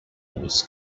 was